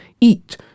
eat